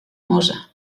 mosa